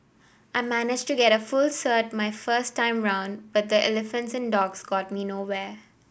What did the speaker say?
I managed to get a full cert my first time round but the Elephants and Dogs got me nowhere